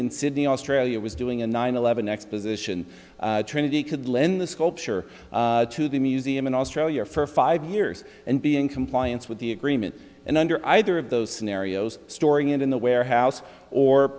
in sydney australia was doing a nine eleven exposition trinity could lend the sculpture to the museum in australia for five years and be in compliance with the agreement and under either of those scenarios storing it in the warehouse or